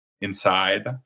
inside